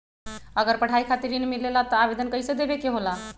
अगर पढ़ाई खातीर ऋण मिले ला त आवेदन कईसे देवे के होला?